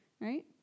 right